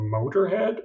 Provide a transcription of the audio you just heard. Motorhead